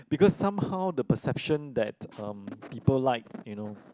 because somehow the perception that um people like you know